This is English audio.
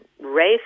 race